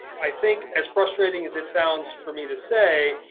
i think, as frustrating as it sounds for me to say,